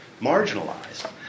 marginalized